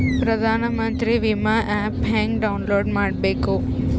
ಪ್ರಧಾನಮಂತ್ರಿ ವಿಮಾ ಆ್ಯಪ್ ಹೆಂಗ ಡೌನ್ಲೋಡ್ ಮಾಡಬೇಕು?